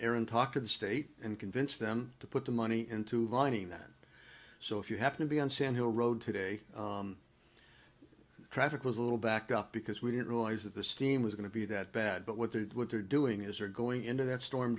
aaron talk to the state and convince them to put the money into lining that so if you happen to be on sand hill road today traffic was a little back up because we didn't realize that the steam was going to be that bad but what they did what they're doing is are going into that storm